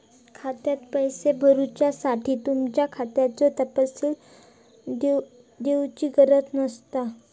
खात्यात पैशे भरुच्यासाठी तुमच्या खात्याचो तपशील दिवची गरज नसता